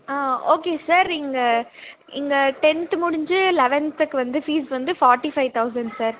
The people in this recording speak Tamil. ஆ ஓகே சார் இங்கே இங்கே டென்த்து முடிஞ்சு லெவன்த்துக் வந்து ஃபீஸ் வந்து ஃபாட்டி ஃபைவ் தௌசண்ட் சார்